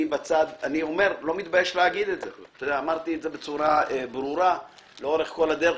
אני לא מתבייש לומר את זה אמרתי את זה בצורה ברורה לאורך כל הדרך,